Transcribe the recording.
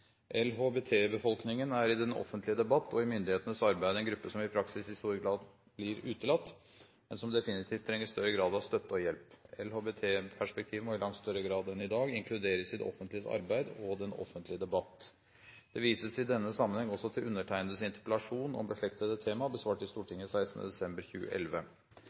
LHBT-befolkningen er i den offentlige debatt og i myndighetenes arbeid en gruppe som fortsatt i stor grad blir utelatt – det er derfor jeg for tredje gang prøver å løfte denne problemstillingen, eller deler av den – og som trenger større grad av støtte og hjelp. LHBT-perspektivet må i større grad enn i dag inkluderes i det offentliges arbeid og i den offentlige debatt.